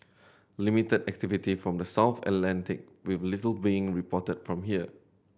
limited activity from the south Atlantic with little being reported from here